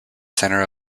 center